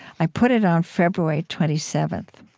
i put it on february twenty seven